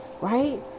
right